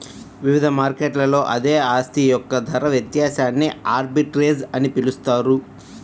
వివిధ మార్కెట్లలో అదే ఆస్తి యొక్క ధర వ్యత్యాసాన్ని ఆర్బిట్రేజ్ అని పిలుస్తారు